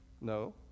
No